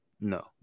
No